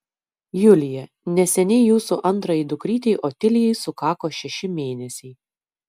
julija neseniai jūsų antrajai dukrytei otilijai sukako šeši mėnesiai